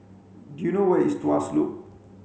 do you know where is Tuas Loop